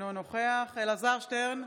אינו נוכח אלעזר שטרן,